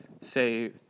say